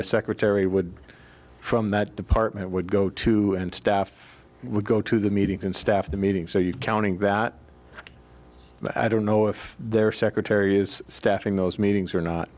a secretary would from that department would go to and staff would go to the meetings and staff the meeting so you counting that i don't know if their secretaries staffing those meetings or not